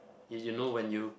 eh you know when you